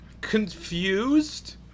Confused